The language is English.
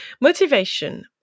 Motivation